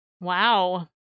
Wow